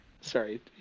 Sorry